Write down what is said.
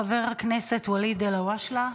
חבר הכנסת ואליד אלהואשלה,